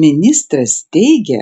ministras teigia